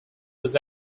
was